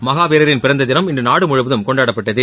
மகாவீரரின் பிறந்ததினம் இன்றுநாடுமுழுவதும் கொண்டாடப்பட்டது